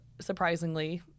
surprisingly